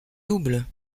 double